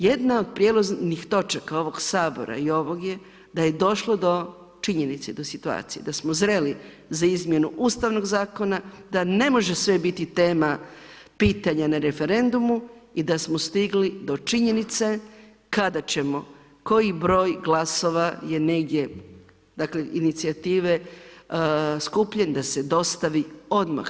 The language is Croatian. Jedna od prijelaznih točaka ovog Sabora i ovog je da je došlo do činjenice, do situacije da smo zreli za izmjenu Ustavnog zakona, da ne može sve biti tema pitanja na referendumu i da smo stigli do činjenice kada ćemo, koji broj glasova je negdje, dakle inicijative skupljene da se dostavi odmah.